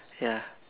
ya